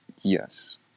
Yes